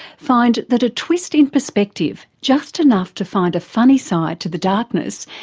find that a twist in perspective, just enough to find a funny side to the darkness,